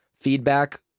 feedback